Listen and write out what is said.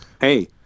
hey